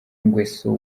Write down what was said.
nguesso